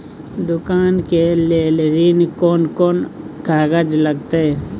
दुकान के लेल ऋण कोन कौन कागज लगतै?